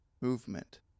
Movement